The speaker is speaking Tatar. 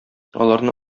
аларны